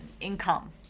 income